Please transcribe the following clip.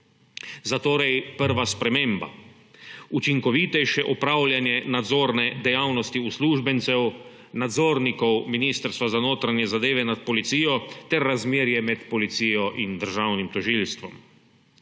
Zatorej prva sprememba, učinkovitejše opravljanje nadzorne dejavnosti uslužbencev, nadzornikov Ministrstva za notranje zadeve nad policijo ter razmerje med policijo in državnim tožilstvom.